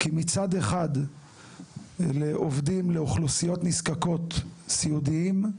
מצד אחד אלה עובדים לאוכלוסיות נזקקות סיעודיים,